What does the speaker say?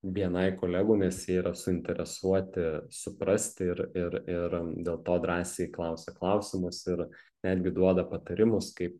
bni kolegų nes jie yra suinteresuoti suprasti ir ir ir dėl to drąsiai klausia klausimus ir netgi duoda patarimus kaip